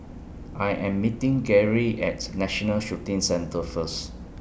I Am meeting Garey At National Shooting Centre First